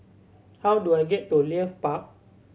how do I get to Leith Park